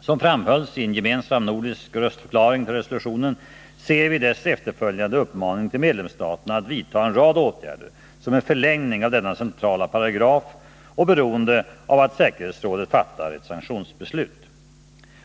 Som framhölls i en gemensam nordisk röstförklaring till resolutionen ser vi dess efterföljande uppmaning till medlemsstaterna att vidta en rad åtgärder som en förlängning av denna centrala paragraf och beroende av att säkerhetsrådet fattar ett sanktionsbeslut.